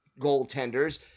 goaltenders